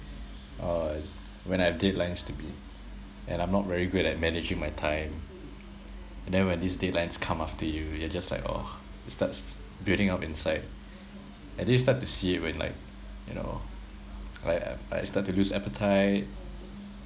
uh when I have deadlines to meet and I'm not very good at managing my time and then when these deadlines come after you you're just like oh it starts building up inside and I think you start to see it when like you know like I I start to lose appetite